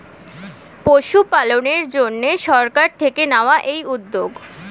পশুপালনের জন্যে সরকার থেকে নেওয়া এই উদ্যোগ